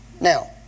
Now